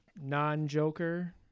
non-Joker